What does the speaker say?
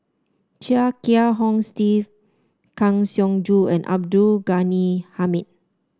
Chia Kiah Hong Steve Kang Siong Joo and Abdul Ghani Hamid